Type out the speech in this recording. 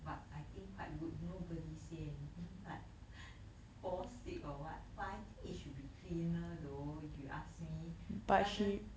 but I think quite good nobody say any like fall sick or what but I think it should be cleaner though if you ask me rather